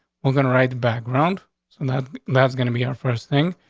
we're gonna write background so and that that's gonna be our first thing,